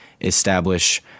establish